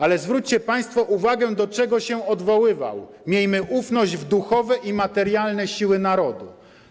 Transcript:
Ale zwróćcie Państwo uwagę, do czego się odwoływał: Miejmy ufność w duchowe i materialne siły narodu.